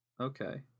Okay